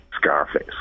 Scarface